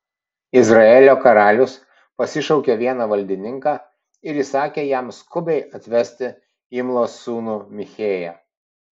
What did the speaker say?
izraelio karalius pasišaukė vieną valdininką ir įsakė jam skubiai atvesti imlos sūnų michėją